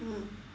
mm